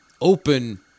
open